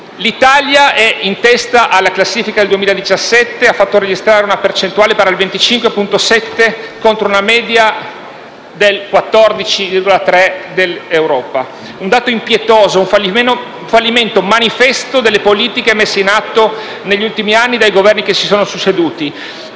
l'Italia è in testa alla classifica del 2017 e ha fatto registrare una percentuale del 25,7, contro una media del 14,3 del resto d'Europa. Un dato impietoso, un fallimento manifesto delle politiche messe in atto negli ultimi anni dai Governi che si sono succeduti,